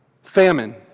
Famine